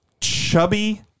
chubby